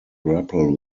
grapple